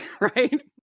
right